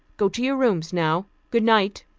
go to your rooms now. goodnight!